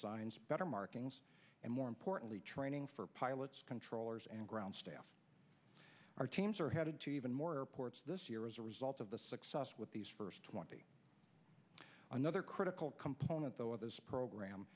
science better markings and more importantly training for pilots controllers and ground staff our teams are headed to even more ports this year as a result of the success with these first twenty another critical component though of this program